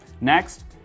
Next